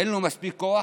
אין לו מספיק כוח,